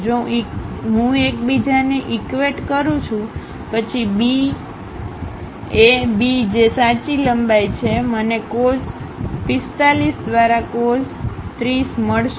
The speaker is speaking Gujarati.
જો હું એકબીજાને ઈકવેટ કરું છું પછી BAB જે સાચી લંબાઈ છે મને cos45 દ્વારા cos30 મળશે